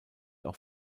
auch